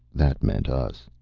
that meant us.